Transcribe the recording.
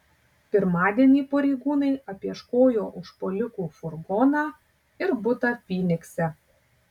pirmadienį pareigūnai apieškojo užpuolikų furgoną ir butą fynikse